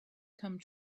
come